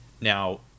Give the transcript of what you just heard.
Now